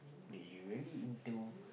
did you really into